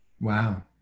Wow